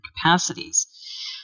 capacities